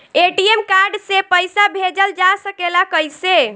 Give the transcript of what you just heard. ATM card से पइसा भेजल जा सकेला कइसे?